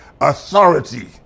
authority